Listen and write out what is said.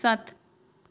ਸੱਤ